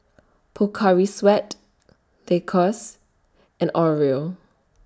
Pocari Sweat Lacoste and Oreo